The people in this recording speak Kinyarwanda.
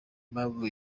impamvu